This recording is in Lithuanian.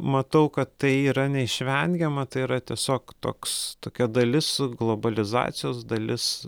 matau kad tai yra neišvengiama tai yra tiesiog toks tokia dalis globalizacijos dalis